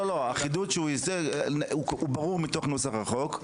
החידוד שהוא חידד הוא ברור מנוסח החוק,